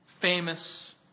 famous